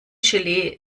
gelee